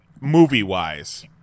movie-wise